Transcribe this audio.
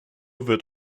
wird